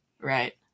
Right